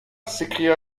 s’écria